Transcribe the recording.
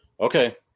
okay